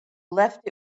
left